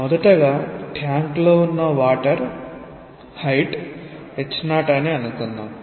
మొదటగా ట్యాంక్లో ఉన్న వాటర్ హైట్ h0అని అనుకుందాం